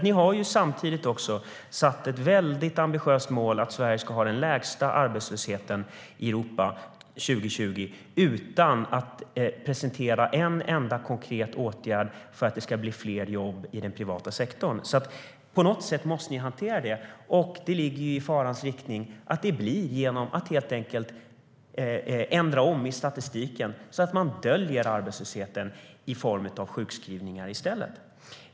Ni har samtidigt satt ett ambitiöst mål om att Sverige ska ha den lägsta arbetslösheten i Europa år 2020, utan att presentera en enda konkret åtgärd för att det ska bli fler jobb i den privata sektorn. Ni måste hantera det på något sätt, och det ligger i farans riktning att det helt enkelt blir genom att ändra om i statistiken och dölja arbetslösheten i form av sjukskrivningar.